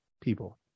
people